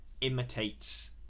imitates